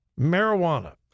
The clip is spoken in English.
marijuana